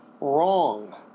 wrong